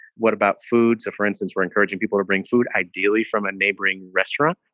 what about foods, for instance? we're encouraging people to bring food, ideally from a neighboring restaurant.